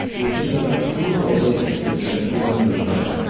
so we're picking up the full voltage which the transformer can provide.